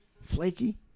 flaky